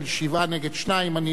אני לא השתתפתי בהצבעה,